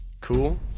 Cool